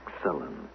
Excellent